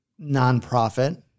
nonprofit